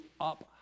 up